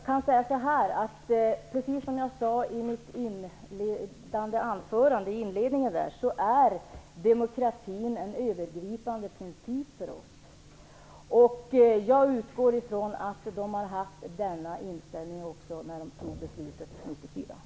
Fru talman! Precis som jag sade i inledningen i mitt anförande är demokrati en övergripande princip för oss. Jag utgår från att de har haft den inställningen också när beslutet fattades 1994.